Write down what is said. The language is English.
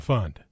Fund